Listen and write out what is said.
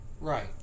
Right